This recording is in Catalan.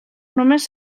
només